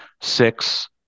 six